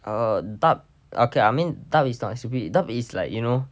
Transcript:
h~ wh~ bu~ okay I mean dub is not stupid dub is like you know